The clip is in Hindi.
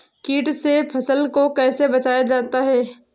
कीट से फसल को कैसे बचाया जाता हैं?